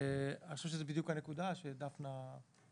אני חושב שזאת בדיוק הנקודה שדפנה מזכירה,